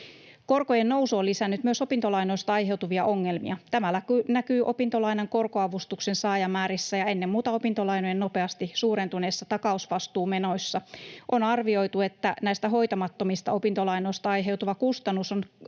Korkojen nousu on lisännyt myös opintolainoista aiheutuvia ongelmia. Tämä näkyy opintolainan korkoavustuksen saajamäärissä ja ennen muuta opintolainojen nopeasti suurentuneissa takausvastuumenoissa. On arvioitu, että näistä hoitamattomista opintolainoista aiheutuva kustannus on